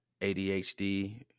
ADHD